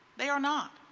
they are not.